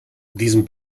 diesen